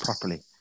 properly